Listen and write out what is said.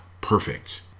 perfect